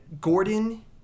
Gordon